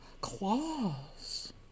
claws